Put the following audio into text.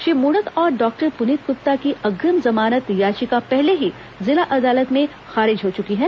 श्री मूणत और डॉक्टर पुनीत गुप्ता की अग्रिम जमानत याचिका पहले ही जिला अदालत में खारिज हो चुकी है